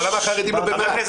אבל למה החרדים לא במה"ט?